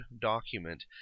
document